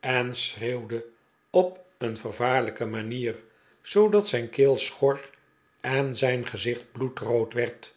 en schreeuwde op een vervaarlijke manier zoo dat zijn keel schor en zijn geziciit bloedrood werd